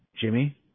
Jimmy